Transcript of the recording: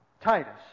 Titus